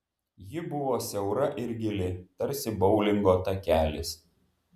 ji buvo siaura ir gili tarsi boulingo takelis